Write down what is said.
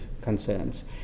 concerns